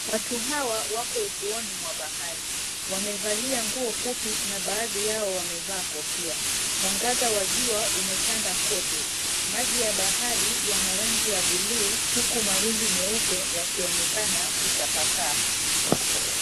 Watu hawa wako ufuoni mwa bahari. Wamevalia nguo fupi na baadhi yao wamevaa kofia. Mwangaza wa jua umetanda kwote. Maji ya bahari yana rangi ya buluu huku mawimbi meupe yakionekana kutapakaa.